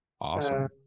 Awesome